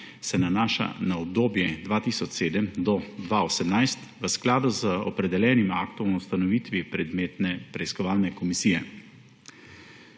se nanaša na obdobje 2007–2018 v skladu z opredeljenim aktom o ustanovitvi predmetne preiskovalne komisije.